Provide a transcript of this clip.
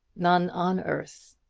none on earth.